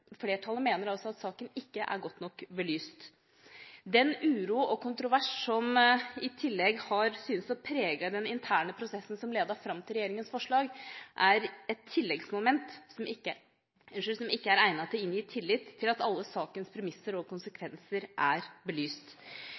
flertallet mener altså at saken ikke er godt nok belyst. Den uro og kontrovers som i tillegg har syntes å prege den interne prosessen som ledet fram til regjeringas forslag, er et tilleggsmoment som ikke er egnet til å inngi tillit til at alle sakens premisser og konsekvenser er belyst.